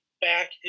back